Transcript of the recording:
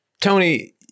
Tony